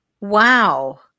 Wow